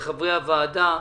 לחברי הוועדה.